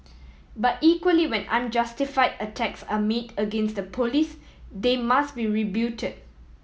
but equally when unjustified attacks are made against the Police they must be rebutted